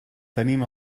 tenim